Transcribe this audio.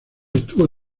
estuvo